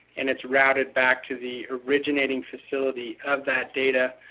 and it's routed back to the originating facility of that data,